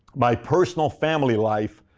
my personal family life,